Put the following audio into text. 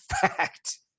fact